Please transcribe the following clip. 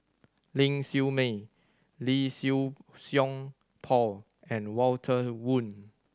Ling Siew May Lee Siew Song Paul and Walter Woon